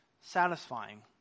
satisfying